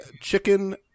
chicken